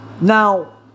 Now